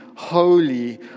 Holy